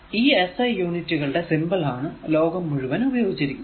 ഈ SI യൂണിറ്റുകളുടെ symbol ആണ് ലോകം മുഴുവൻ ഉപയോഗിച്ചിരിക്കുന്നത്